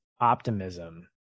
optimism